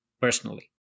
personally